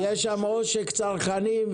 יש שם עושק צרכנים.